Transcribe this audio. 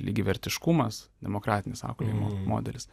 lygiavertiškumas demokratinis auklėjimo modelis